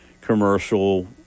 commercial